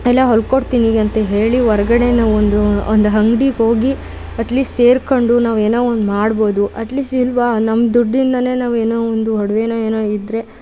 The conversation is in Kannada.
ಎಲ್ಲ ಹೊಲ್ಕೊಡ್ತೀನಿ ಈಗ ಅಂತ ಹೇಳಿ ಹೊರ್ಗಡೆನೇ ಒಂದು ಒಂದು ಅಂಗ್ಡಿಗೆ ಹೋಗಿ ಅಟ್ಲೀಸ್ಟ್ ಸೇರಿಕೊಂಡು ನಾವು ಏನೋ ಒಂದು ಮಾಡ್ಬೋದು ಅಟ್ಲೀಸ್ಟ್ ಇಲ್ಲವಾ ನಮ್ಮ ದುಡ್ಡಿಂದಲೇ ನಾವು ಏನೋ ಒಂದು ಒಡ್ವೇನೋ ಏನೋ ಇದ್ದರೆ